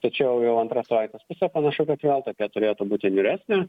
tačiau jau antra savaitės pusė panašu kad vėl tokia turėtų būti niūresnė